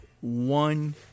one